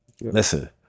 listen